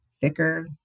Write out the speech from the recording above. thicker